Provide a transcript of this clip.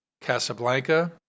Casablanca